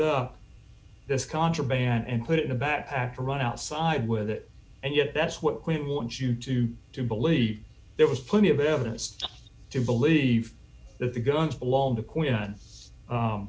up this contraband and put it in a backpack to run outside with it and yet that's what we want you to do believe there was plenty of evidence to believe that the guns belong to